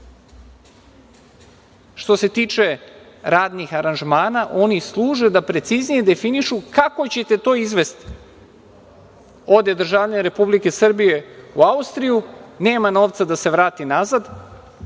se tiče radnih aranžmana, oni služe da preciznije definišu kako ćete to izvesti. Ode državljanin Republike Srbije u Austriju, nema novca da se vrati nazad,